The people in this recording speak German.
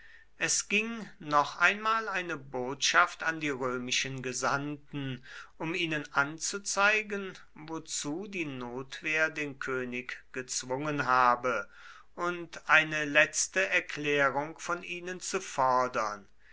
es ging noch einmal eine botschaft an die römischen gesandten um ihnen anzuzeigen wozu die notwehr den könig gezwungen habe und eine letzte erklärung von ihnen zu fordern